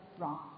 wrong